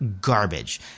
garbage